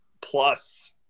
plus